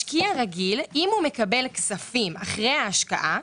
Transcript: משקיע רגיל אם מקבל כספים אחרי ההשקעה,